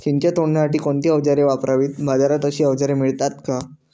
चिंच तोडण्यासाठी कोणती औजारे वापरावीत? बाजारात अशी औजारे मिळतात का?